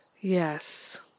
Yes